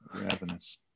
Ravenous